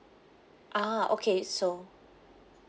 ah okay so